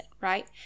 right